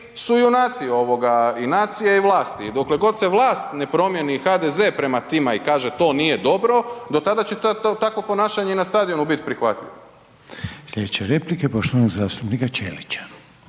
su junaci ovoga i nacije i vlasti. I dokle god se vlast ne promijeni i HDZ prema tima i kaže to nije dobro, do tada će takvo ponašanje i na stadionu biti prihvatljivo. **Reiner, Željko (HDZ)** Slijedeća replika poštovanog zastupnika Čelića.